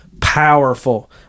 powerful